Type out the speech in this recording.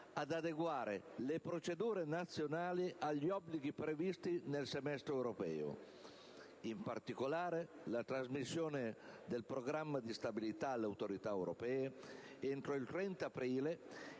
ad adeguare le procedure nazionali agli obblighi previsti nel semestre europeo. In particolare, la trasmissione del Programma di stabilità alle autorità europee entro il 30 aprile